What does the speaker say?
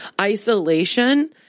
Isolation